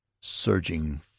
surging